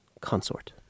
consort